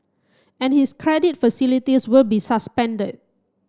and his credit facilities will be suspended